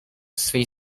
swej